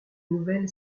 nouvelle